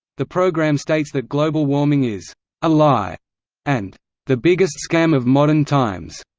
the programme states that global warming is a lie and the biggest scam of modern times.